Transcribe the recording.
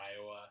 Iowa –